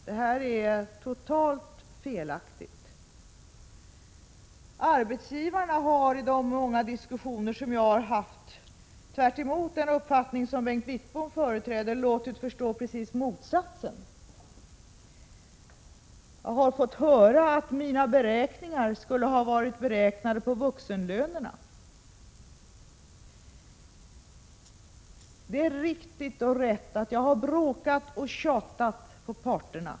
Det är totalt felaktigt. Arbetsgivarna har i de många diskussioner som jag har haft med dem låtit förstå att de har precis motsatt uppfattning mot den som Bengt Wittbom företräder. Jag har fått höra att mina siffror skulle vara framräknade på vuxenlönerna. Det är riktigt att jag har bråkat och tjatat på parterna.